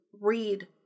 read